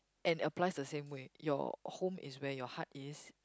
and applies the same way your home is where your heart is